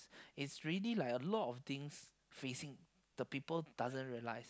it's really like a lot of things facing the people doesn't realize